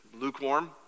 lukewarm